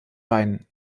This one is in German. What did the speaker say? beinen